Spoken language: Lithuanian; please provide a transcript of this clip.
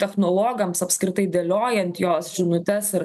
technologams apskritai dėliojant jos žinutes ir